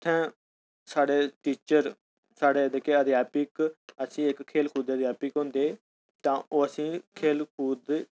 इत्थै साढ़े टीचर साढ़े के आखदे आधयापिक अस इक खेल कूद दे आधयापिक होंदे तां ओह् असें गी खेल कूद